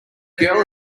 girl